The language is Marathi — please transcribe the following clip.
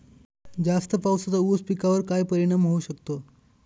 जास्त पावसाचा ऊस पिकावर काय परिणाम होऊ शकतो?